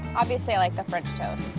obviously i like the french toast,